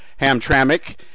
Hamtramck